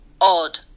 odd